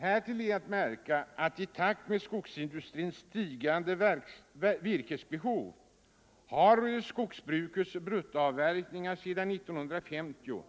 Härtill är att märka att i takt med skogsindustrins stigande virkesbehov skogsbrukets bruttoavverkningar sedan 1950 har